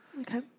Okay